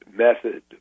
Method